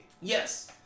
Yes